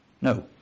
No